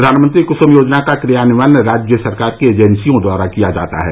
प्रधानमंत्री कुसुम योजना का क्रियान्वयन राज्य सरकार की एजेंसियों द्वारा किया जाता है